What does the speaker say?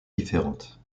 différentes